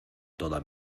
toda